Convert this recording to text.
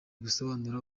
gusobanura